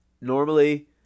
normally